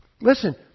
listen